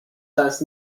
das